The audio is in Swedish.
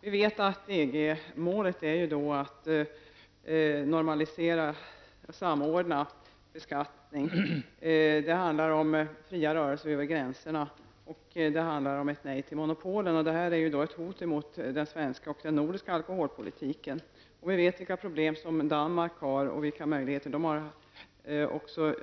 Vi vet att EG-målet är att samordna och normalisera beskattningen. Det handlar om fria rörelser över gränserna och ett nej till monopolen. Detta är ett hot mot den svenska och nordiska alkoholpolitiken. Vi vet vilka problem som Danmark har och vad Danmark har